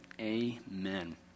amen